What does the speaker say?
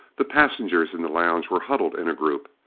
the passengers in the lounge were huddled in a group.